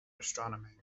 astronomy